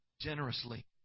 generously